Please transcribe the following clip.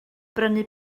brynu